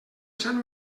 sant